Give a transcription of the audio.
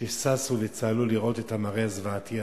שששו וצהלו לראות את המראה הזוועתי הזה.